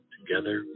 Together